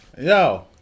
Yo